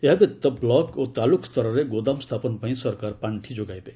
ଏହାବ୍ୟତୀତ ବ୍ଲକ୍ ଓ ତାଲୁକ୍ ସ୍ତରରେ ଗୋଦାମ ସ୍ଥାପନ ପାଇଁ ସରକାର ପାଖି ଯୋଗାଇବେ